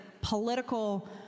political